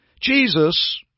Jesus